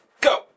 go